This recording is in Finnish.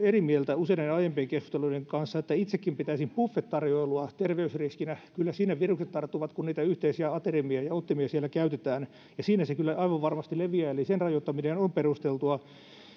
mieltä useiden aiempien keskusteluiden kanssa että itsekin pitäisin buffet tarjoilua terveysriskinä kyllä siinä virukset tarttuvat kun niitä yhteisiä aterimia ja ottimia siellä käytetään siinä se kyllä aivan varmasti leviää eli sen rajoittaminen on perusteltua